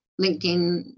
linkedin